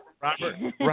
Robert